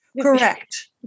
Correct